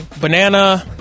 Banana